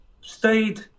stayed